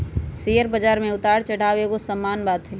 share बजार में उतार चढ़ाओ एगो सामान्य बात हइ